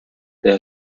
there